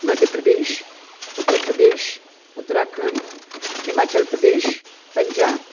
Madhya Pradesh Uttar Pradesh Uttarakhand Himachal Pradesh Punjab